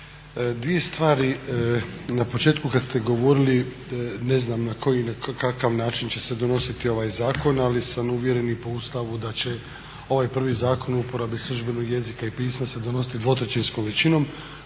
dvije stvari, na početku kad ste govorili ne zna na koji, na kakav način će se donositi ovaj zakon, ali sam uvjeren i po Ustavu da će ovaj prvi Zakon o uporabi službenog jezika i pisma se donositi dvotrećinskom većinom